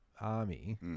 army